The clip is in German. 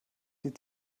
die